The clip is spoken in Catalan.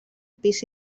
pis